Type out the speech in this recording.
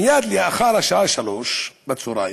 מייד לאחר השעה 15:00,